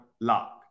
lock